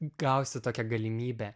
gausiu tokią galimybę